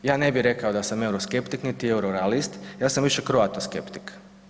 Ja ne bih rekao da sam euroskeptik niti eurorealist, ja sam više croatoskeptik.